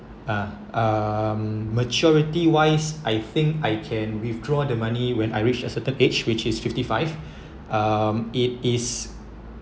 uh um maturity wise I think I can withdraw the money when I reach a certain age which is fifty five um it is